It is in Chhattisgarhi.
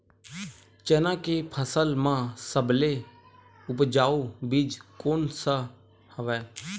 चना के फसल म सबले उपजाऊ बीज कोन स हवय?